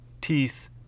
teeth